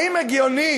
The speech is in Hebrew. האם הגיוני